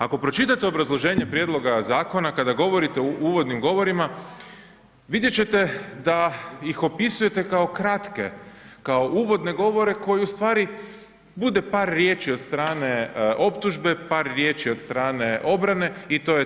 Ako pročitate obrazloženje prijedloga zakona kada govorite o uvodnim govorima, vidjet ćete da ih opisujete kao kratke, kao uvodne govore koji ustvari bude par riječi od strane optužbe, par riječi od strane obrane i ti je to.